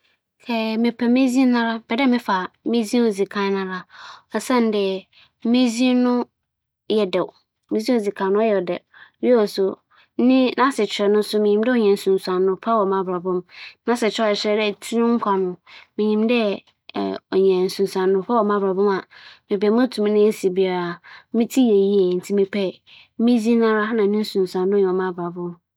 M'aborͻfo dzin a m'awofo dze maa me no dze, ͻyɛ me dɛw yie osiandɛ dzin a n'asekyerɛ nye enyimnyam dze munnhu siantsir biara a otwar dɛ mesesa no, na morohwɛ kwan dɛ daa na daa no enyimnyam no a wͻdze ma me no, ͻbɛda edzi wͻ m'abrabͻ mu ntsi nnyɛ adze a da bi mebɛsesa me dzin anaa modwen ho da mpo dɛ mebɛsesa m'aborͻfo dzin.